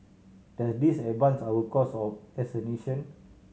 does this advance our cause of as a nation